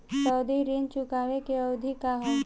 सावधि ऋण चुकावे के अवधि का ह?